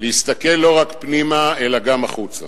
להסתכל לא רק פנימה אלא גם החוצה.